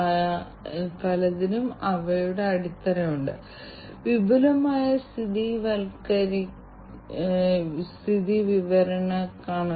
അതിനാൽ IIoT യും അതിന്റെ പ്രാകൃതവും മുമ്പും ഉണ്ടായിരുന്നു ഈ പുതിയ സന്ദർഭത്തിൽ IIoT കൂടുതൽ രസകരമാകുന്നു